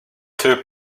two